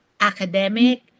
academic